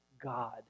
God